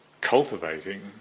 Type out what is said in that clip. cultivating